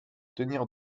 tenir